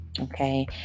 okay